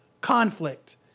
conflict